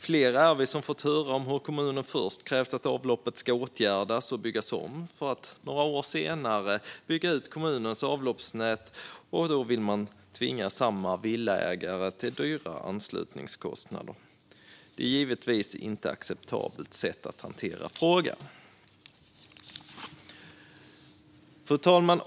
Flera av oss har fått höra om hur kommunen först krävt att avloppet ska åtgärdas och byggas om, för att några år senare bygga ut kommunens avloppsnät, och då vill man tvinga samma villaägare till dyra anslutningskostnader. Det är givetvis inte ett acceptabelt sätt att hantera frågan. Fru talman!